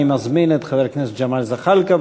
אני מזמין את חבר הכנסת ג'מאל זחאלקה,